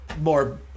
more